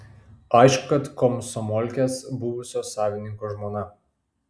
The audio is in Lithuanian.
aišku kad komsomolkės buvusio savininko žmona